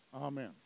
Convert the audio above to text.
Amen